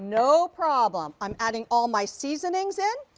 no problem. i'm adding all my seasonings in.